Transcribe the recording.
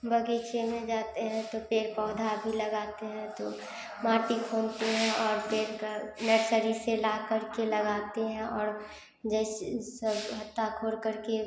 बगीचे में जाते हैं तो पेड़ पौधा भी लगाते हैं तो माटी खूँदते हैं और बैठ कर नर्सरी से लाकर के लगाते हैं और जैसे सब अहाता खोद करके